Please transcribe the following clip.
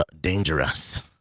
Dangerous